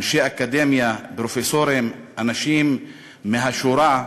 אנשי אקדמיה, פרופסורים, אנשים מהשורה,